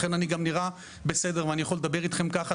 לכן אני גם נראה בסדר ואני יכול לדבר אתכם כך,